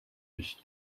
биш